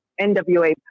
nwa